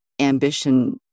ambition